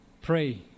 Pray